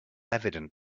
evident